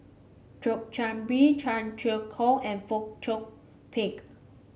Thio Chan Bee Tung Chye Hong and Fong Chong Pik